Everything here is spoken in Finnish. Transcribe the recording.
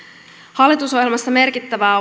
hallitusohjelmassa merkittävää